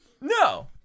No